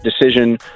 decision